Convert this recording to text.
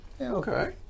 Okay